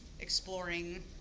exploring